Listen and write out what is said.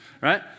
right